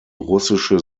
russische